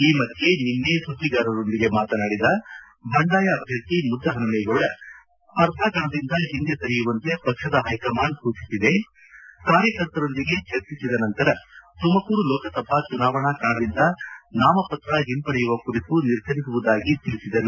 ಈ ಮಧ್ಯೆ ನಿನ್ನೆ ಸುದ್ದಿಗಾರರೊಂದಿಗೆ ಮಾತನಾಡಿದ ಬಂಡಾಯ ಅಭ್ಯರ್ಥಿ ಮುದ್ದುಹನುಮೇಗೌಡ ಸ್ಪರ್ಧಾ ಕಣದಿಂದ ಹಿಂದೆ ಸರಿಯುವಂತೆ ಪಕ್ಷದ ಹೈಕಮಾಂಡ್ ಸೂಚಿಸಿದೆ ಕಾರ್ಯಕರ್ತರೊಂದಿಗೆ ಚರ್ಚಿಸಿದ ನಂತರ ತುಮಕೂರು ಲೋಕಸಭಾ ಚುನಾವಣಾ ಕಣದಿಂದ ನಾಮಪತ್ರ ಹಿಂಪಡೆಯುವ ಕುರಿತು ನಿರ್ಧರಿಸುವುದಾಗಿ ತಿಳಿಸಿದರು